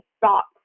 thoughts